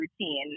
routine